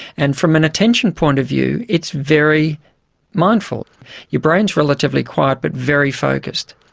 and from an attention point of view it's very mindful your brain is relatively quiet but very focused.